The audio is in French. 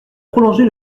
prolonger